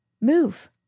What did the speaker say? move